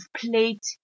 played